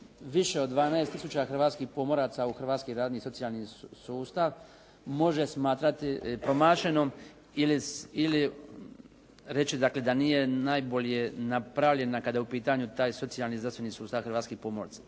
više od 12 tisuća hrvatskih pomoraca u hrvatski radni socijalni sustav, može smatrati promašenom ili reći dakle da nije najbolje napravljena kada je u pitanju taj socijalni i zdravstveni sustav hrvatskih pomoraca.